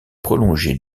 prolongée